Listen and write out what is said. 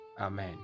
Amen